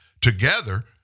together